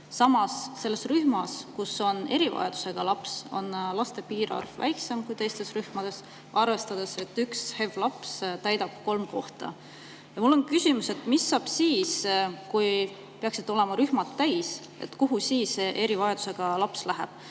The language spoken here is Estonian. Samas, selles rühmas, kus on erivajadusega laps, on laste piirarv väiksem kui teistes rühmades, arvestades, et üks HEV-laps täidab kolm kohta. Mul on küsimus, et mis saab siis, kui rühmad peaksid täis olema. Kuhu siis see erivajadusega laps läheb?